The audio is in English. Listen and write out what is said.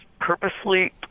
purposely